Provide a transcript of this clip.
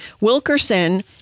Wilkerson